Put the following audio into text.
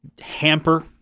hamper